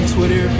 Twitter